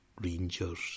Rangers